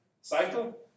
cycle